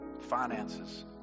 finances